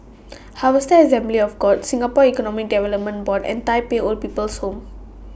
Harvester Assembly of God Singapore Economic Development Board and Tai Pei Old People's Home